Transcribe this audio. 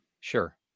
sure